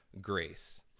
grace